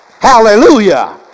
Hallelujah